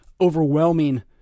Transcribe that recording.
overwhelming